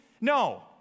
No